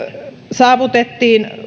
saavutettiin